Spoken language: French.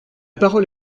parole